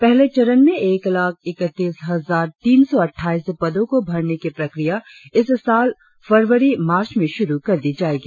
पहले चरण में एक लाख इकतीस हजार तीन सौ अटठाईस पदों को भरने की प्रक्रिया इस साल फरवरी मार्च में शुरु कर दी जाएगी